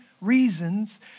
reasons